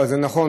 אבל זה נכון,